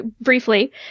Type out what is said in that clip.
briefly